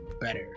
better